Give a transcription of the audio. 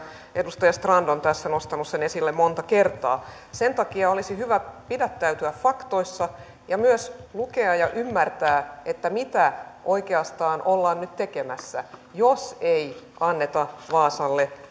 edustaja strand on tässä nostanut sen esille monta kertaa sen takia olisi hyvä pidättäytyä faktoissa ja myös lukea ja ymmärtää mitä oikeastaan ollaan nyt tekemässä jos ei anneta vaasalle